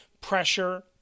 pressure